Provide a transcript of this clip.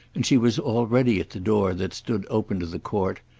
and she was already at the door that stood open to the court,